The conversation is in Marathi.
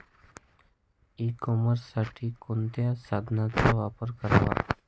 ई कॉमर्ससाठी कोणत्या साधनांचा वापर करावा?